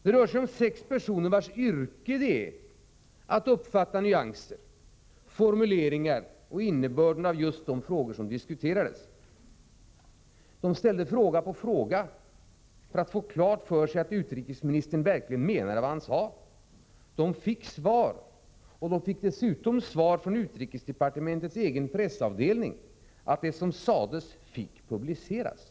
Det rör sig om sex personer vilkas yrke det är att uppfatta nyanser, formuleringar och innebörden av just de frågor som diskuterades. De ställde fråga på fråga för att få klart för sig att utrikesministern verkligen menade vad han sade. De fick svar, och de fick dessutom svar från utrikesdepartementets egen pressavdelning att det som sades fick publiceras.